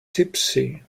tipsy